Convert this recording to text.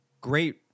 great